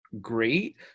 great